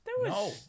no